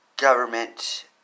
government